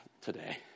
today